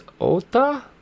Ota